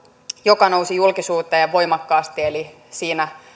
joka nousi julkisuuteen voimakkaasti siinä